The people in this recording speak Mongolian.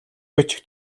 бичих